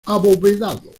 abovedado